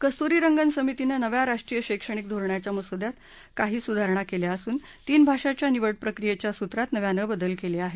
कस्तुरीरंगन समितीनं नव्या राष्ट्रीय शैक्षणिक धोरणाच्या मसुद्यात काही सुधारणा केल्या असून तीन भाषांच्या निवडप्रक्रियेच्या सूत्रात नव्यानं बदल केले आहेत